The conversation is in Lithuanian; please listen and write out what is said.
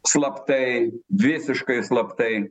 slaptai visiškai slaptai